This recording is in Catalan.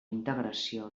integració